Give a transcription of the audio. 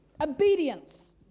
Obedience